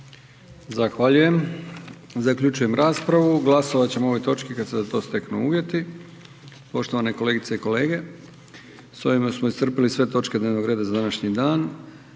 Zahvaljujem. Zaključujem raspravu. Glasovati ćemo o ovoj točki kada se za to steknu uvjeti. Poštovane kolegice i kolege, s ovime smo iscrpili sve točke dnevnog reda za današnji dan,